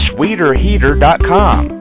SweeterHeater.com